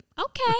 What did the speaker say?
okay